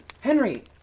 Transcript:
Henry